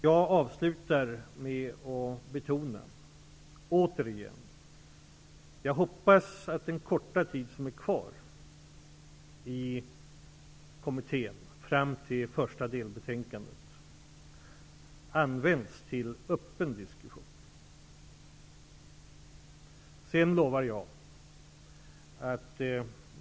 Jag avslutar med att återigen betona att jag hoppas att den korta tid i kommittén som är kvar fram till första delbetänkandet används till en öppen diskussion.